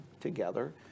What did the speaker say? together